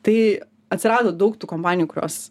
tai atsirado daug tų kompanijų kurios